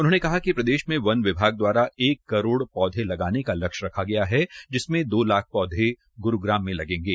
उन्होंने कहा कि प्रदेश में वन विभाग द्वारा एक करोड़ पौधे लगाने का लक्ष्य रखा गया है जिसमें दो लाख पौधे ग्रुग्राम में लगेंगे